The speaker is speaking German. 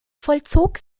vollzog